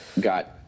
got